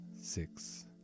six